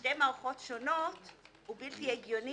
בשתי מערכות שונות הוא בלתי הגיוני